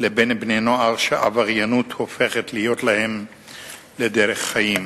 לבין בני-נוער שעבריינות הופכת להיות להם דרך חיים: